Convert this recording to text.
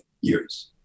years